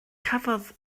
cafodd